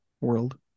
world